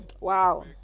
Wow